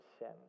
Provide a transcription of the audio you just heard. sin